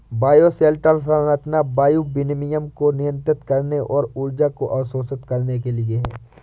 bioshelter संरचना वायु विनिमय को नियंत्रित करने और ऊर्जा को अवशोषित करने के लिए है